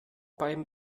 beim